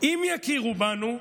"אם יכירו בנו"